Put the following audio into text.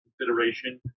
consideration